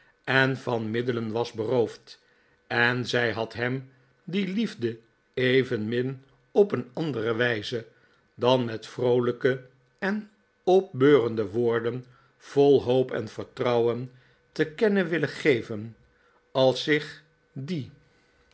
en van middelen was beroofd en zij had hem die liefde evenmin op een andere wijze dan met vroolijke en opbeu'rende woorden vol hoop en vertrouwen te kennen willen geven als zich die